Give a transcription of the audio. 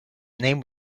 name